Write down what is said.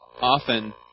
often